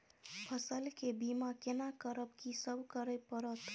फसल के बीमा केना करब, की सब करय परत?